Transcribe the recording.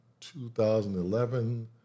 2011